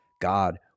God